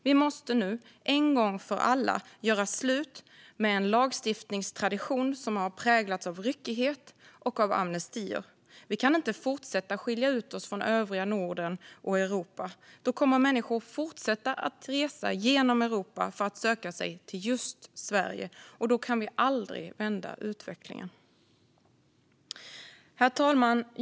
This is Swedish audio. Vi måste nu en gång för alla göra slut med en lagstiftningstradition som har präglats av ryckighet och amnestier. Vi kan inte fortsätta skilja oss från övriga Norden och Europa. Då kommer människor att fortsätta resa genom Europa för att söka sig till just Sverige. Då kan vi aldrig vända utveck-lingen. Herr talman!